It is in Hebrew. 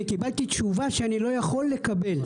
אני קיבלתי תשובה שאני לא יכול לקבל,